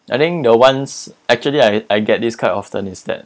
I think the ones actually I I get this quite often is that